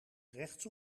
rechts